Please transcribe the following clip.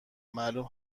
معلوم